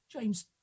James